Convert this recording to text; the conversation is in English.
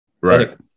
right